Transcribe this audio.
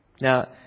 Now